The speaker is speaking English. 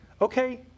Okay